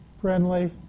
friendly